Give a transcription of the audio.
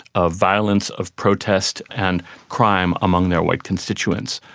of violence, of protest and crime among their white constituents.